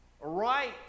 right